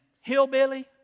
hillbilly